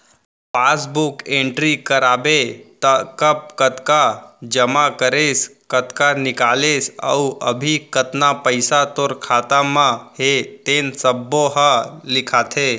passbook entry कराबे त कब कतका जमा करेस, कतका निकालेस अउ अभी कतना पइसा तोर खाता म हे तेन सब्बो ह लिखाथे